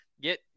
get